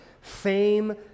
Fame